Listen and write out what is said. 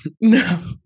no